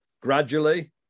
gradually